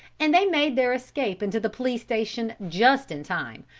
and they made their escape into the police station just in time,